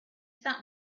that